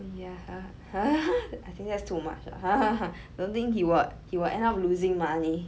ya I think that's too much lah don't think he would he will end up losing money